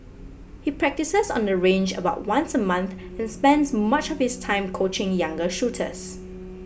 he practises on the range about once a month and spends much of his time coaching younger shooters